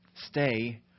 Stay